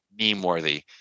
meme-worthy